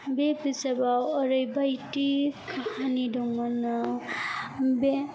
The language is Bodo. बे बिजाबाव ओरैबायदि काहानि दंमोन ना बे